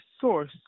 source